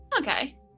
Okay